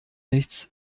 nichts